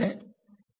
વિદ્યાર્થી